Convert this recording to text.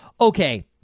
Okay